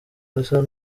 rusa